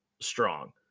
strong